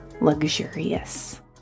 luxurious